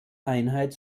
einheit